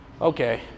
Okay